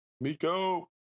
Miko